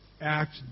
act